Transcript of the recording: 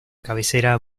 cabecera